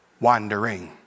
wandering